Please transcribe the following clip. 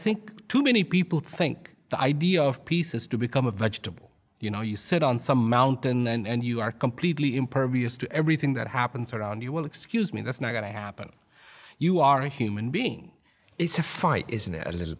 think too many people think the idea of peace is to become a vegetable you know you sit on some and you are completely impervious to everything that happens around you will excuse me that's not going to happen you are a human being it's a fight isn't it a little